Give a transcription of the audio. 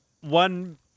one